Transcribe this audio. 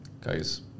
Guys